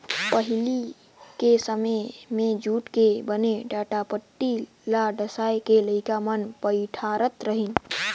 पहिली के समें मे जूट के बने टाटपटटी ल डसाए के लइका मन बइठारत रहिन